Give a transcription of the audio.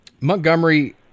Montgomery